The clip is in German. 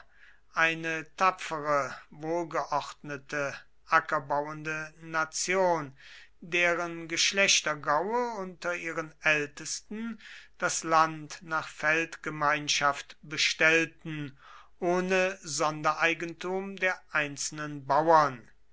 eine tapfere wohlgeordnete ackerbauende nation deren geschlechtergaue unter ihren ältesten das land nach feldgemeinschaft bestellten ohne sondereigentum der einzelnen bauern